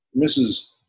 Mrs